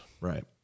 Right